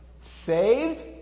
saved